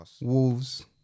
Wolves